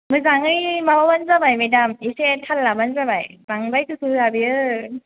मोजाङै माबाबानो जाबाय मेदाम एसे थाल लाबानो जाबाय बांद्राय गोसो होआ बियो